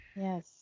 Yes